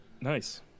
Nice